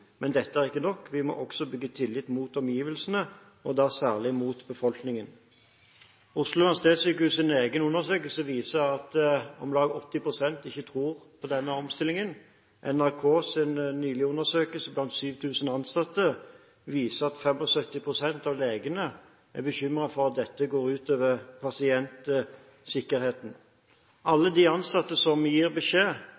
Men dette er ikke nok. Vi må også bygge tillit mot omgivelsene, og da særlig mot befolkningen.» Oslo universitetssykehus' egen undersøkelse viser at om lag 80 pst. ikke tror på denne omstillingen. NRKs nylige undersøkelse blant 7 000 ansatte viser at 75 pst. av legene er bekymret for at dette går